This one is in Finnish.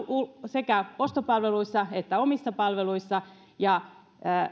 sekä ostopalveluissa että omissa palveluissa ja